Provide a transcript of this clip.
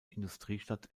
industriestadt